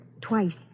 twice